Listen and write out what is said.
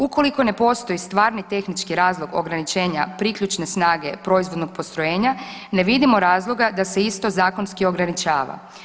Ukoliko ne postoji stvarni tehnički razlog ograničenja priključne snage proizvodnog postrojenja, ne vidimo razloga da se isto zakonski ograničava.